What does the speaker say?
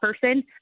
person